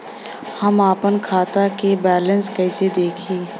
हम आपन खाता क बैलेंस कईसे देखी?